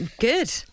good